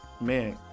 man